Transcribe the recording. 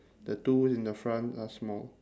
the two in the front are small